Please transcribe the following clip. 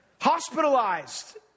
hospitalized